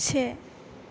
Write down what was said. से